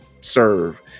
serve